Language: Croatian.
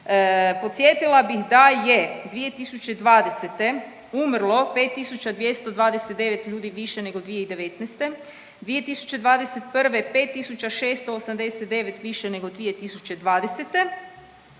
Podsjetila bih da je 2020. umrlo 5.229 ljudi više nego 2019., 2021. 5.689 više nego 2020.,